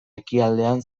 ekialdean